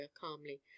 calmly